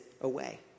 away